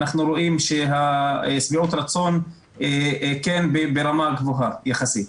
אנחנו רואים ששביעות הרצון כן ברמה גבוהה יחסית.